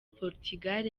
portugal